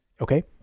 okay